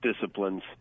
disciplines